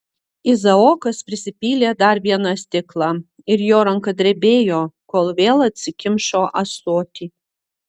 izaokas prisipylė dar vieną stiklą ir jo ranka drebėjo kol vėl atsikimšo ąsotį